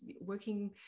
working